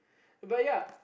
but ya